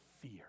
fear